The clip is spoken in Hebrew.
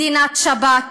מדינת שב"כ.